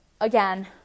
again